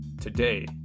Today